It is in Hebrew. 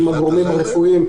עם הגורמים הרפואיים,